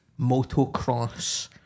motocross